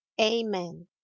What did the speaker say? amen